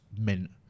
mint